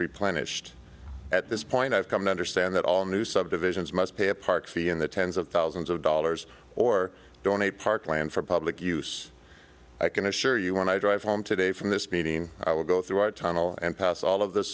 replenished at this point i've come to understand that all new subdivisions must pay a park fee in the tens of thousands of dollars or donate parkland for public use i can assure you when i drive home today from this meeting i will go through a tunnel and pass all of th